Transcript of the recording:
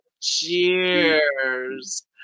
cheers